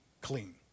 clean